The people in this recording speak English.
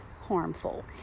harmful